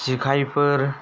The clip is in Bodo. जेखाइफोर